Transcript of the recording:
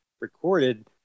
recorded